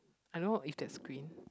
I know if that's green